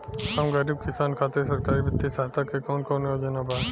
हम गरीब किसान खातिर सरकारी बितिय सहायता के कवन कवन योजना बा?